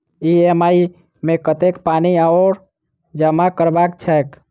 EMI मे कतेक पानि आओर जमा करबाक छैक?